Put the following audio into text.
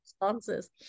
responses